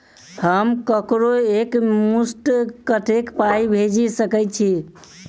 हम ककरो एक मुस्त कत्तेक पाई भेजि सकय छी?